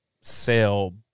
sale